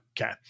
Okay